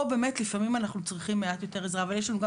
פה באמת לפעמים אנחנו צריכים מעט יותר עזרה אבל יש לנו גם